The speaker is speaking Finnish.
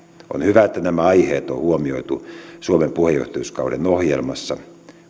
on hyvä että nämä aiheet on on huomioitu suomen puheenjohtajuuskauden ohjelmassa